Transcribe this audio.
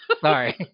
Sorry